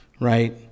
right